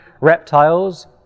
reptiles